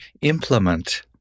implement